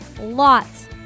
lots